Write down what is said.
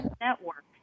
network